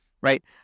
right